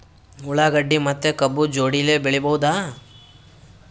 ಉಳ್ಳಾಗಡ್ಡಿ ಮತ್ತೆ ಕಬ್ಬು ಜೋಡಿಲೆ ಬೆಳಿ ಬಹುದಾ?